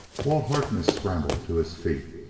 walt harkness scrambled to his feet.